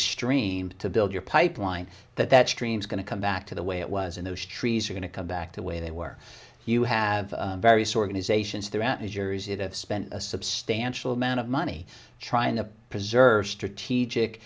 stream to build your pipeline that that streams going to come back to the way it was in those trees are going to come back to way they were you have various organizations throughout new jersey that spent a substantial amount of money trying to preserve strategic